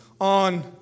on